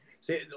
see